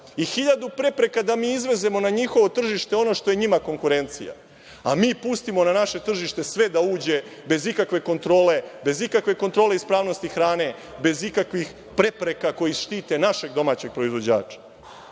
i 1.000 prepreka da mi izvezemo na njihovo tržište ono što je njima konkurencija, a mi puštamo na naše tržište sve da uđe, bez ikakve kontrole ispravnosti hrane, bez ikakvih prepreka koje štite našeg domaćeg proizvođača. Donosite